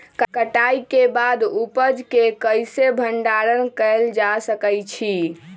कटाई के बाद उपज के कईसे भंडारण कएल जा सकई छी?